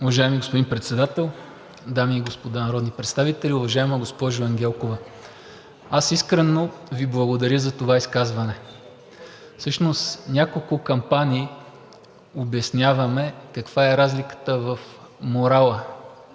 Уважаеми господин Председател, дами и господа народни представители! Уважаема госпожо Ангелкова, аз искрено Ви благодаря за това изказване. Всъщност няколко кампании обясняваме каква е разликата в морала